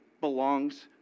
belongs